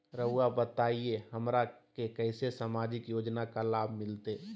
रहुआ बताइए हमरा के कैसे सामाजिक योजना का लाभ मिलते?